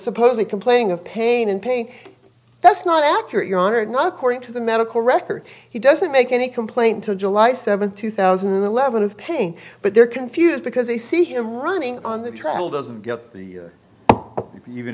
supposedly complaining of pain and pain that's not accurate you are not according to the medical records he doesn't make any complaint to july seventh two thousand and eleven of pain but they're confused because they see him running on the treadmill doesn't get the even